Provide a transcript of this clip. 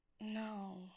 No